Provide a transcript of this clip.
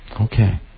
Okay